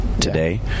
today